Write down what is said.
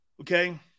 Okay